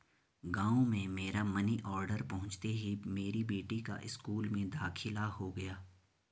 गांव में मेरा मनी ऑर्डर पहुंचते ही मेरी बेटी का स्कूल में दाखिला हो गया